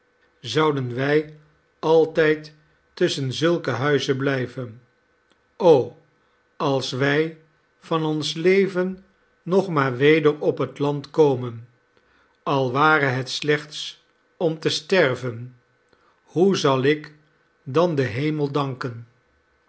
zouden wij altijd tusschen zulke huizen blijven als wij van ons leven nog maar weder op het land komen al ware het slechts om te sterven hoe zal ik dan den hemel danken